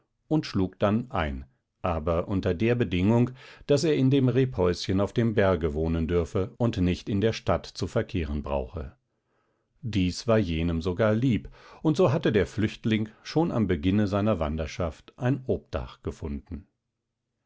und schlug dann ein aber unter der bedingung daß er in dem rebhäuschen auf dem berge wohnen dürfe und nicht in der stadt zu verkehren brauche das war jenem sogar lieb und so hatte der flüchtling schon am beginne seiner wanderschaft ein obdach gefunden